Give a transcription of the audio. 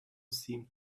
seemed